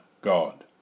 God